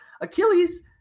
Achilles